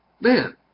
man